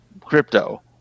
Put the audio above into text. crypto